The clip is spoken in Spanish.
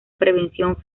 prevención